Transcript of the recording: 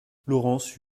laurence